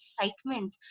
excitement